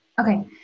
Okay